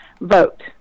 vote